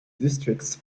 districts